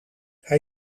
hij